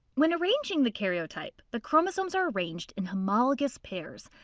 when arranging the karyotype, the chromosomes are arranged in homologous pairs.